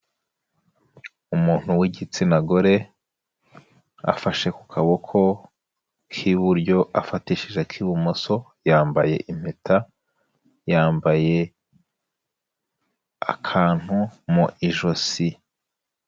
Umuntu w'igitsina gore afashe ku kaboko k'iburyo afatishije ak'ibumoso, yambaye impeta, yambaye akantu mu ijosi.